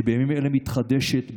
שבימים אלה מתחדשת בכבישים,